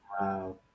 Wow